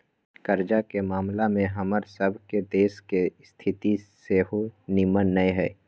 कर्जा के ममला में हमर सभ के देश के स्थिति सेहो निम्मन न हइ